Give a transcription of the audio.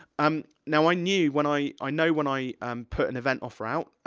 um now, i knew, when i, i know when i um put an event offer out,